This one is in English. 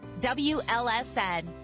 WLSN